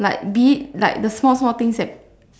like be it like the small small things that